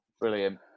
Brilliant